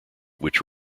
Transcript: which